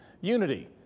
Unity